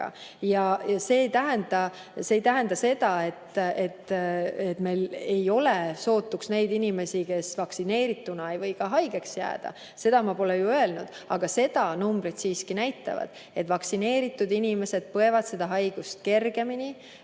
See ei tähenda seda, et meil ei ole sootuks neid inimesi, kes vaktsineerituna ei või ka haigeks jääda, seda ma pole ju öelnud, aga numbrid siiski näitavad, et vaktsineeritud inimesed põevad seda haigust kergemini,